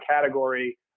category